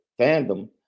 fandom